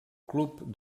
club